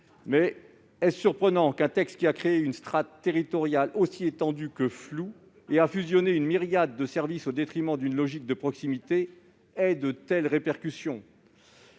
lors, est-il surprenant qu'un texte ayant créé une strate territoriale aussi étendue que floue et fusionné une myriade de services, au détriment d'une logique de proximité, ait de telles répercussions ?